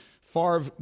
Favre